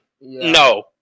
no